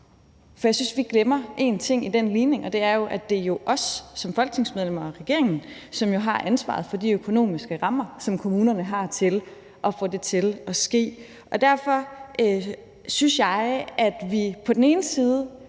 For jeg synes, at vi glemmer en ting i den ligning, og det er jo, at det er os som folketingsmedlemmer og regeringen, som har ansvaret for de økonomiske rammer, som kommunerne har til at få det til at ske. Derfor synes jeg, at vi skal have den